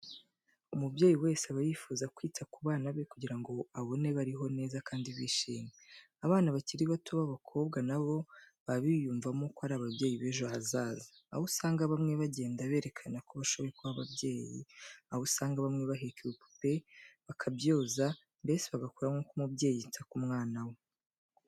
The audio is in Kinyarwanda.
Umubyeyi wese aba yifuza kwita ku bana be kugira ngo abone bariho neza kandi bishimye. Abana bakiri bato b'abakobwa na bo baba biyumvamo ko ari ababyeyi b'ejo hazaza, aho usanga bamwe bagenda berekana ko bashoboye kuba ababyeyi, aho usanga bamwe baheka ibipupe bakabyoza mbese bagakora nk'uko umubyeyi yita ku mwana we.